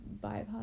bypass